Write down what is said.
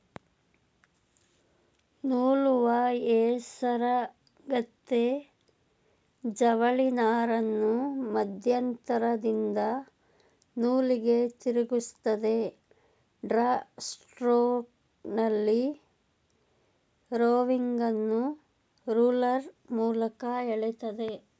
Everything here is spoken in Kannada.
ನೂಲುವ ಹೇಸರಗತ್ತೆ ಜವಳಿನಾರನ್ನು ಮಧ್ಯಂತರದಿಂದ ನೂಲಿಗೆ ತಿರುಗಿಸ್ತದೆ ಡ್ರಾ ಸ್ಟ್ರೋಕ್ನಲ್ಲಿ ರೋವಿಂಗನ್ನು ರೋಲರ್ ಮೂಲಕ ಎಳಿತದೆ